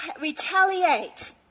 retaliate